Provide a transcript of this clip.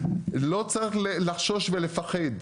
לא צריך לחשוש ולפחד.